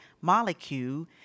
molecule